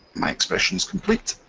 my expression is complete.